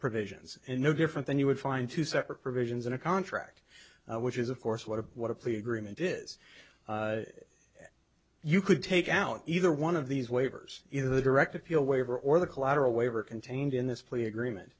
provisions and no different then you would find two separate provisions in a contract which is of course a lot of what a plea agreement is you could take out either one of these waivers either direct appeal waiver or the collateral waiver contained in this plea agreement